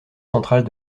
centrale